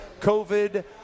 COVID